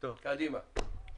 קדימה.